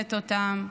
מעניינת אותם.